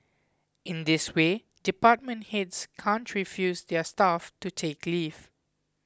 in this way department heads can't refuse their staff to take leave